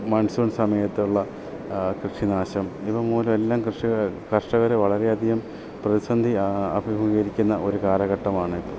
monsoon സമയത്തുള്ള കൃഷിനാശം ഇവ മൂലം എല്ലാ കർഷകരെ വളരെ അധികം പ്രതിസന്ധി അഭിമുഖികരിക്കുന്ന ഒരു കാലഘട്ടമാണ് ഇപ്പോൾ